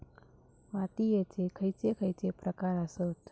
मातीयेचे खैचे खैचे प्रकार आसत?